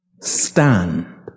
stand